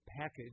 package